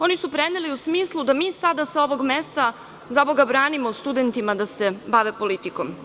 Oni su preneli u smislu da mi sada sa ovog mesta, zaboga, branimo studentima da se bave politikom.